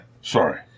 Sorry